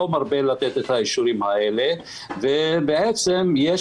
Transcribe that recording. לא מרבה לתת את האישורים האלה ובעצם יש